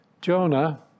Jonah